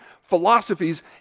philosophies